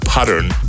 Pattern